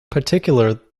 particular